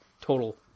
total